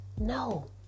No